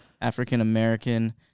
African-American